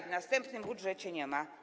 W następnym budżecie nie ma.